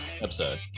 episode